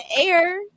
air